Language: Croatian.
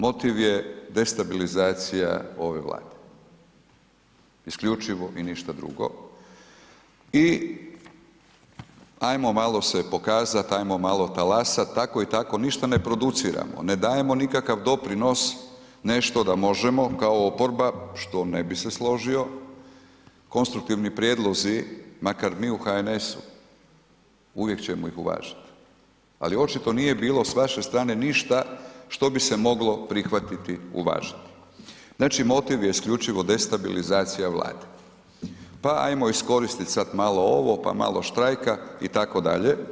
Motiv je destabilizacija ove Vlade, isključivo i ništa drugo i ajmo malo se pokazat, ajmo malo talasat, tako i tako ništa ne produciramo, ne dajemo nekakav doprinos, nešto da možemo kao oporba što ne bi se složio, konstruktivni prijedlozi, makar mi u HNS-u uvijek ćemo ih uvažit, ali očito nije bilo s vaše strane ništa što bi se moglo prihvatiti, uvažiti, znači motiv je isključivo destabilizacija Vlade, pa ajmo iskoristiti malo ovo, pa malo štrajka itd.